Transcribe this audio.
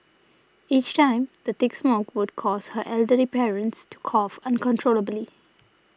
each time the thick smoke would cause her elderly parents to cough uncontrollably